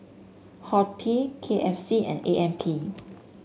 horti K F C and A M P